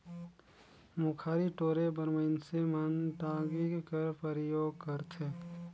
मुखारी टोरे बर मइनसे मन टागी कर परियोग करथे